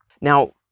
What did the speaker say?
Now